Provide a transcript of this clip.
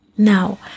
Now